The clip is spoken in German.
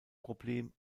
problem